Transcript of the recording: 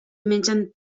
mengen